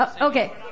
Okay